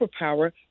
superpower